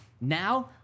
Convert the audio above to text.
now